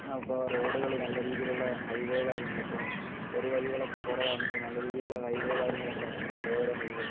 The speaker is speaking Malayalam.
ആ ഇപ്പോൾ കാര്യങ്ങൾ ഇപ്പോൾ ചെറു വഴികളൊക്കെ കുറവാണ് ഇപ്പോൾ നല്ല രീതീലുള്ള ഹയ് വേ കാര്യങ്ങളൊക്കെ വന്നിട്ടുണ്ട് മലയോര ഹയ് വേ